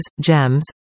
gems